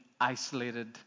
isolated